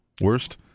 Worst